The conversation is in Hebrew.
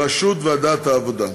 בראשות יושב-ראש ועדת העבודה,